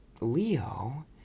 Leo